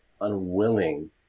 unwilling